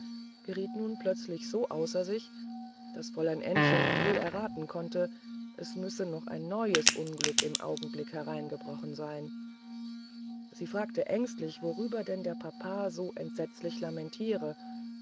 geriet nun plötzlich so außer sich daß fräulein ännchen wohl erraten konnte es müsse noch ein neues unglück im augenblick hereingebrochen sein sie fragte ängstlich worüber denn der papa so entsetzlich lamentiere